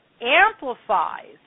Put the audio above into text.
amplifies